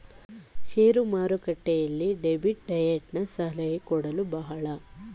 share ಮಾರುಕಟ್ಟೆಯಲ್ಲಿ debit ಡಯಟನ ಸಲಹೆ ಕೊಡಲು ಬಹಳ ಜನ ಫೈನಾನ್ಸಿಯಲ್ ಗಳು ಅಡ್ವೈಸರ್ಸ್ ಗಳು ಇರುತ್ತಾರೆ